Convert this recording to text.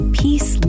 peace